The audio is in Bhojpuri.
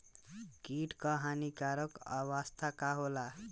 कीट क हानिकारक अवस्था का होला?